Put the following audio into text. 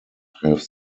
have